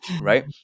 right